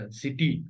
city